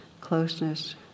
closeness